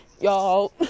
y'all